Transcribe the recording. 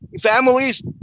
families